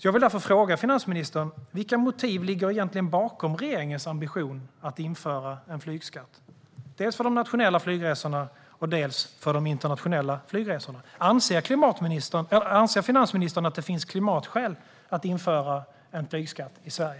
Jag vill därför fråga finansministern vilka motiv som ligger bakom regeringens ambition att införa en flygskatt, dels för de nationella flygresorna och dels för de internationella flygresorna. Anser finansministern att det finns klimatskäl att införa en flygskatt i Sverige?